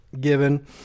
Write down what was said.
given